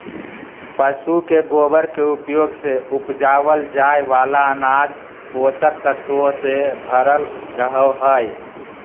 पशु के गोबर के उपयोग से उपजावल जाय वाला अनाज पोषक तत्वों से भरल रहो हय